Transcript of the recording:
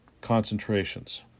concentrations